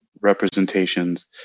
representations